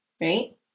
right